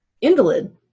Invalid